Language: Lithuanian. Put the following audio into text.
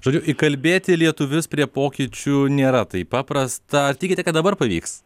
turiu įkalbėti lietuvius prie pokyčių nėra taip paprasta ar tikite kad dabar pavyks